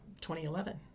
2011